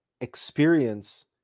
experience